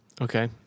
Okay